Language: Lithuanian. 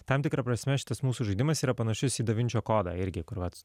tam tikra prasme šitas mūsų žaidimas yra panašus į da vinčio kodą irgi kur vat